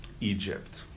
Egypt